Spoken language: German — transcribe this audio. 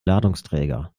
ladungsträger